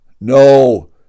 No